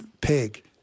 Pig